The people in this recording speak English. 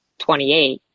28